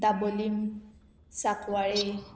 Dabolim Sancoale